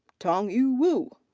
tongyu wu.